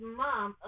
mom